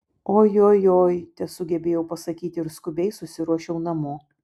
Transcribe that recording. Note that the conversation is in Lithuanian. ojojoi tesugebėjau pasakyti ir skubiai susiruošiau namo